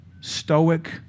stoic